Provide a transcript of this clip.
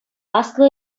аслӑ